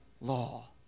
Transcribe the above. law